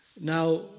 Now